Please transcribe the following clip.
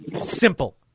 Simple